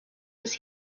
des